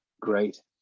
great